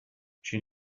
she